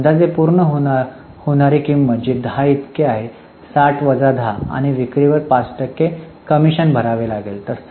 तर अंदाजे पूर्ण होणारी किंमत जी 10 इतकी आहे 60 वजा 10 आणि विक्रीवर 5 टक्के कमिशन भरावे लागेल